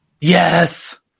Yes